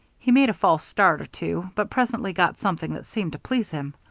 he made a false start or two, but presently got something that seemed to please him.